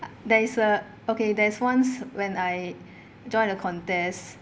there is uh okay there's once when I joined a contest